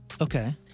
Okay